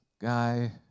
guy